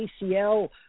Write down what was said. ACL